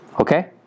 Okay